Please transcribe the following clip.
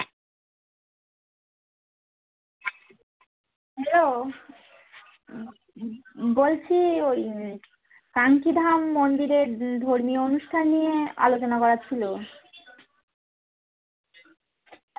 hello বলছি ওই কানকি ধাম মন্দিরের ধর্মীয় অনুষ্ঠান নিয়ে আলোচনা করার ছিলো